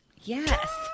Yes